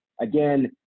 again